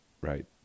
right